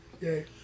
yay